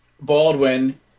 baldwin